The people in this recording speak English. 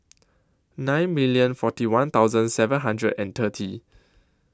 nine minute forty one thousand seven hundred and thirty